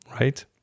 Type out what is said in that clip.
right